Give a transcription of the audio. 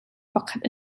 pakhat